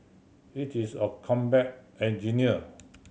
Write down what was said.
it is a combat engineer